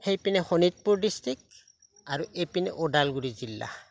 সেইপিনে শোণিতপুৰ ডিষ্ট্ৰিক্ট আৰু এইপিনে ওদালগুৰি জিলা